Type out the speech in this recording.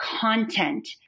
content